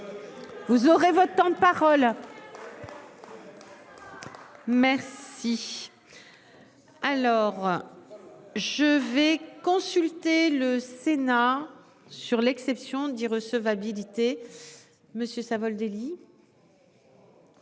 Vous aurez votre temps de parole. Merci. Alors. Je vais consulter le Sénat sur l'exception d'irrecevabilité. Monsieur Savoldelli.